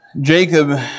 Jacob